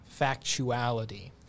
factuality